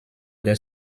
other